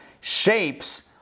shapes